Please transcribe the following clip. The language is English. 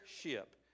ship